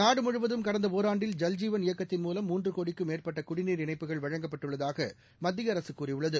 நாடுமுழுவதும் கடந்தஒராண்டில் ஜல் ஜீவன் இயக்கத்தின் மூலம் மூன்றுகோடிக்கும் மேற்பட்டகுடிநீர் இணைப்புகள் வழங்கப்பட்டுள்ளதாகமத்தியஅரசுகூறியுள்ளது